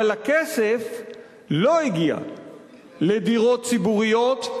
אבל הכסף לא הגיע לדירות ציבוריות,